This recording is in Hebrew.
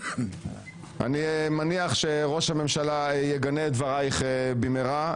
אני מניח שראש הממשלה יגנה את דברייך במהרה,